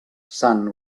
sant